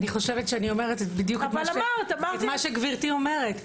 אני אומרת מה שגברתי אומרת.